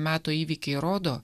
meto įvykiai rodo